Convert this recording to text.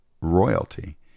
royalty